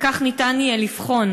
וכך יהיה אפשר לבחון